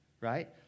Right